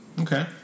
Okay